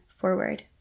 forward